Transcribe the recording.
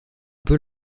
peut